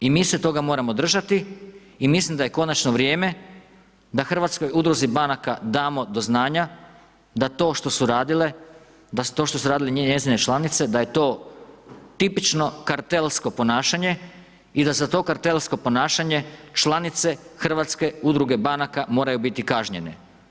I mi se toga moramo držati i mislim da je konačno vrijeme da hrvatskoj udruzi banaka damo do znanja da to što su radile, da to što su radile njezine članice da je to tipično kartelsko ponašanje i da za to kartelsko ponašanje članice hrvatske udruge banaka moraju biti kaznjene.